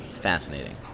fascinating